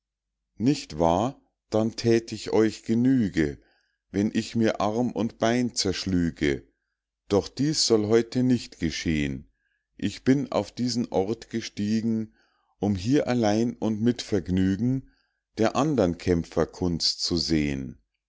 nicht wahr dann thät ich euch genüge wenn ich mir arm und bein zerschlüge doch dies soll heute nicht geschehn ich bin auf diesen ort gestiegen um hier allein und mit vergnügen der andern kämpfer kunst zu sehn